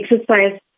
exercise